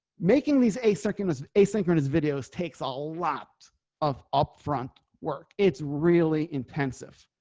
making these a second is asynchronous videos takes all lot of upfront work. it's really intensive.